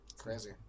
Crazy